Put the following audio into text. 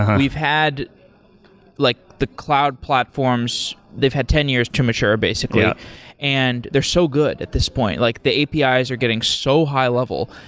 we've had like the cloud platforms, they've had ten years to mature basically and they're so good at this point. like the apis are getting so high-level.